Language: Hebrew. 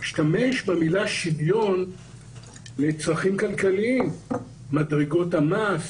להשתמש במילה שוויון לצרכים כלכליים, מדרגות המס